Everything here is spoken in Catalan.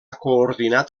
coordinat